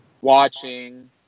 watching